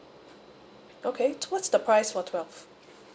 okay what's the price for twelve